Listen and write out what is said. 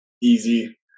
easy